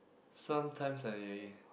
sometimes I